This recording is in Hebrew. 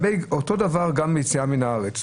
אותו דבר גם לגבי יציאה מהארץ.